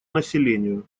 населению